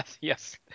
Yes